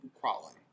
crawling